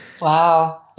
Wow